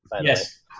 Yes